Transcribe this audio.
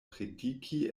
prediki